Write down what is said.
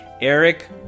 Eric